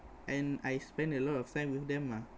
and I spend a lot of time with them ah